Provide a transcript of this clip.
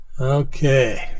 Okay